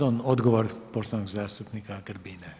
Odgovor poštovanog zastupnika Grbina.